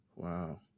Wow